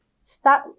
Start